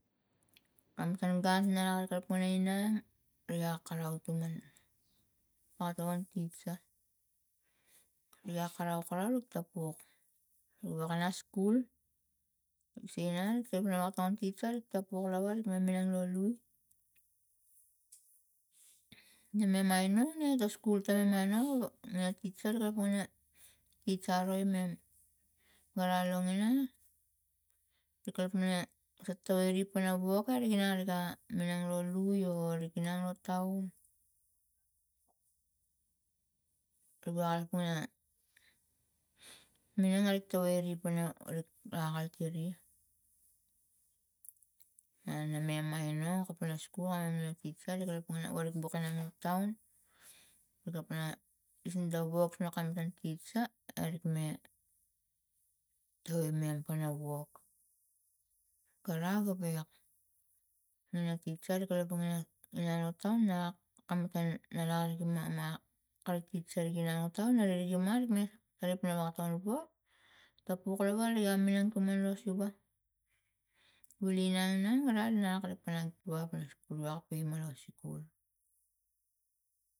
Kam matang gun ma kalapang inang riga karau panang wakatongan tisa riga karau karau woktapuk iwokana skul sigi nang wok tapungan tisa wok tapuk lava wa mingang lo lui na me maino na ta skul mai no na ta tisa kalapang na tis aro imem kara longina ri kalapang ina sotoi re tana wok arika minang lo lui o ri ainang lo taun ri kalapang ina minang arik tawai re pana akalit iri. Ana memaino kopena skul tisa ri kalapang pana arik buk pana lo taun ri kalapang ina kising ta wok no kalapang pang tissa arik me taiwai mem pana wokga rau gawek nana tisa ri kalapang pana inang lo taun na kalapang nanau rigi ma na kari tisa nigi ma lo taun rigi ma tapuk lova riga minang tuman la siva wil inang inang wara nak pana giwok pana skul woka paim ma lo skul.